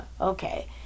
okay